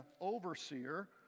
overseer